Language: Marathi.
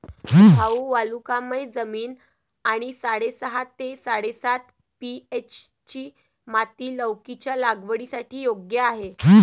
भाऊ वालुकामय जमीन आणि साडेसहा ते साडेसात पी.एच.ची माती लौकीच्या लागवडीसाठी योग्य आहे